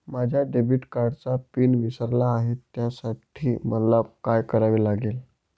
माझ्या डेबिट कार्डचा पिन विसरले आहे त्यासाठी मला काय करावे लागेल?